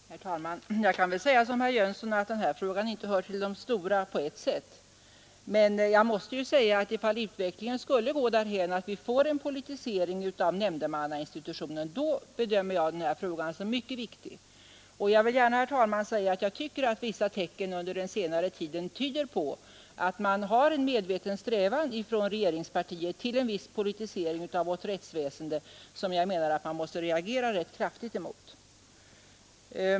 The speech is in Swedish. Herr talman! Jag kan säga som herr Jönsson i Malmö att den här frågan inte hör till de stora — på ett sätt. Men jag måste framhålla att om utvecklingen skulle gå därhän att vi får en politisering av nämndemannainstitutionen, då bedömer jag frågan som mycket viktig. Jag vill gärna säga, herr talman, att vissa tecken under senare tid tyder på att regeringspartiet har en medveten strävan mot en politisering av vårt rättsväsende, som jag menar att man måste reagera kraftigt emot.